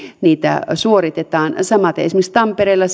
niitä suoritetaan samaten esimerkiksi tampereella